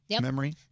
memory